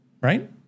right